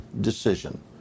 decision